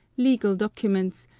legal documents,